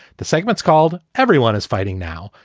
the segments called everyone is fighting now.